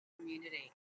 community